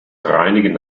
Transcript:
reinigen